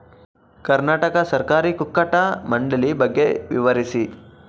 ಕರ್ನಾಟಕ ಸಹಕಾರಿ ಕುಕ್ಕಟ ಮಂಡಳಿ ಬಗ್ಗೆ ವಿವರಿಸಿ?